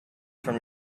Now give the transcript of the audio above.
from